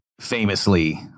famously